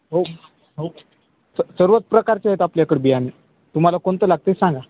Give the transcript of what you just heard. हो हो स सर्वच प्रकारचे आहेत आपल्याकडं बियाणे तुम्हाला कोणतं लागते सांगा